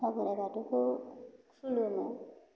आफा बोराइ बाथौखौ खुलुमो